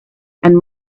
and